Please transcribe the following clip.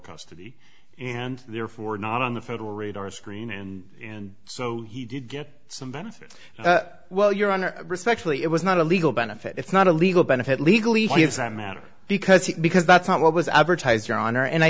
custody and therefore not on the federal radar screen and so he did get some benefit well your honor respectfully it was not a legal benefit it's not a legal benefit legally matter because he because that's not what was advertised your honor and i